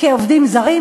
כעובדים זרים,